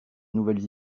nouvelles